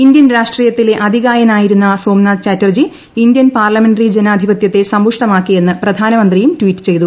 Indian രാഷ്ട്രീയത്തിലെ അതികായനായിരുന്ന Somnath Chatterjee Indian parliamentary ജനാധിപത്യത്തെ സമ്പുഷ്ടമാക്കി എന്ന് പ്രധാനമന്ത്രിയും ട്വീറ്റ് ചെയ്തു